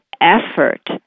effort